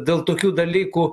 dėl tokių dalykų